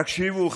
תקשיבו,